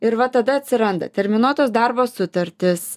ir va tada atsiranda terminuotos darbo sutartys